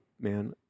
man